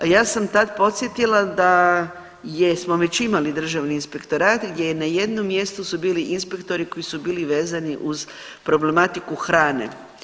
Ja sam tad podsjetila da je smo već imali Državni inspektorat gdje je na jednom mjestu su bili inspektori koji su bili vezani uz problematiku hrane.